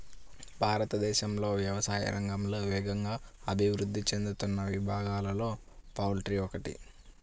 భారతదేశంలో వ్యవసాయ రంగంలో వేగంగా అభివృద్ధి చెందుతున్న విభాగాలలో పౌల్ట్రీ ఒకటి